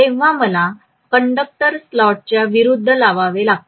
तेव्हा मला कंडक्टर स्लॉटच्या विरूद्ध लावावे लागते